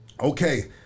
Okay